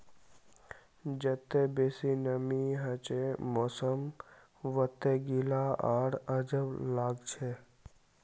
जत्ते बेसी नमीं हछे मौसम वत्ते गीला आर अजब लागछे